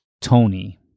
Tony